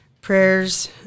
prayers